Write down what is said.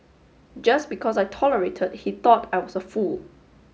just because I tolerated he thought I was a fool